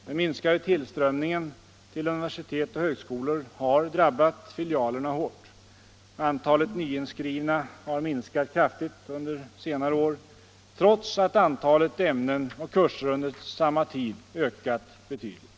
Den minskade tillströmningen till universitet och högskolor har drabbat filialerna hårt. Antalet nyinskrivna har minskat kraftigt under senare år, trots att antalet ämnen och kurser under samma tid ökat betydligt.